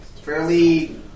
Fairly